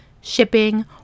shipping